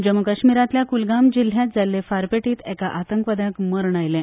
जम्मु काश्मीरातल्या कुलगाम जिल्ल्य़ांत जाल्ले फारपेटीत एका आतंकवाद्याक मरण आयला